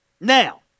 Now